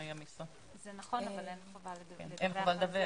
אין חובה לדווח.